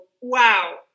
Wow